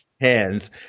hands